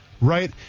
right